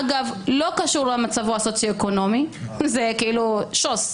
אגב, בלי קשר למצבו הסוציו-אקונומי זה שוס.